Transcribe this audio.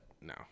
no